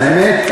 האמת,